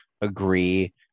agree